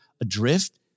adrift